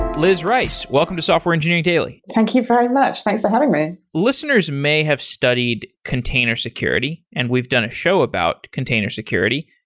liz rice, welcome to software engineering daily thank you very much. thanks for having me. listeners may have studied container security, and we've done a show about container security,